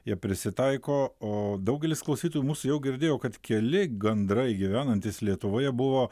jie prisitaiko o daugelis klausytojų mūsų jau girdėjo kad keli gandrai gyvenantys lietuvoje buvo